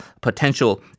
potential